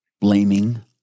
blaming